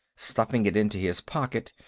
stuffing it into his pocket,